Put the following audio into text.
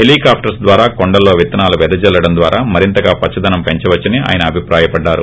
హెలికాప్టర్న్ ద్వారా కొండల్లో విత్తనాలను వెదజల్లడం ద్వారా మరింతగా పచ్చదనం ప్పంచవచ్చని ఆయన అభిప్రాయపడ్డారు